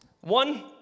One